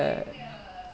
shit the whole class saw ah